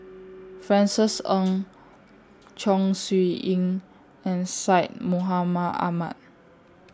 Francis Ng Chong Siew Ying and Syed Mohamed Ahmed